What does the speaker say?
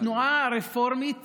התנועה הרפורמית